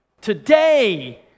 Today